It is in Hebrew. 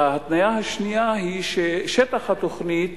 וההתניה השנייה היא ששטח התוכנית